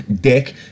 dick